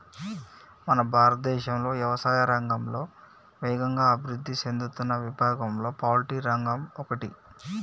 మన భారతదేశం యవసాయా రంగంలో వేగంగా అభివృద్ధి సేందుతున్న విభాగంలో పౌల్ట్రి రంగం ఒకటి